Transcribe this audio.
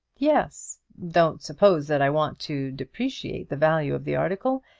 yes. don't suppose that i want to depreciate the value of the article.